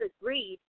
agreed